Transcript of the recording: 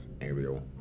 Ariel